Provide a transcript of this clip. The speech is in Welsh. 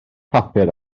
papur